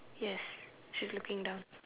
yes she's looking down